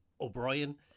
O'Brien